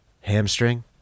Hamstring